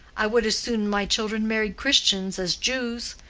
i would as soon my children married christians as jews.